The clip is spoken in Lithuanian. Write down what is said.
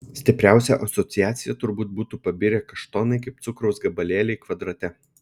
stipriausia asociacija turbūt būtų pabirę kaštonai kaip cukraus gabalėliai kvadrate